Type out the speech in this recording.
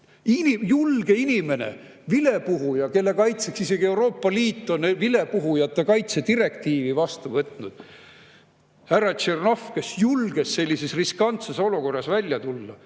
Julge inimene, vilepuhuja, kelle kaitseks isegi Euroopa Liit on vilepuhujate kaitse direktiivi vastu võtnud, härra Tšernov, kes julges sellises riskantses olukorras välja tulla,